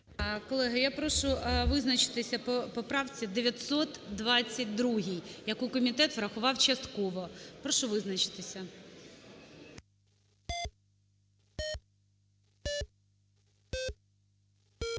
Колеги, я прошу визначитися по поправці 922, яку комітет врахував частково. Прошу визначитися.